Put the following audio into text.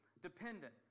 dependent